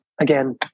again